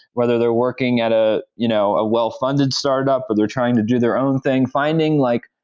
whether they're working at a you know well-funded startup, or they're trying to do their own thing. finding like,